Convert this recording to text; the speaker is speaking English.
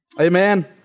Amen